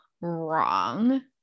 wrong